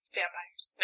Vampires